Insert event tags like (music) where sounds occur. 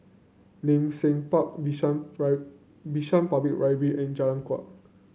(unintelligible) Seng Park Bishan (unintelligible) Bishan Public Library and Jalan Kuak